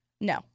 No